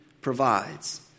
provides